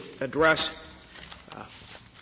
address